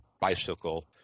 bicycle